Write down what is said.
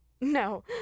No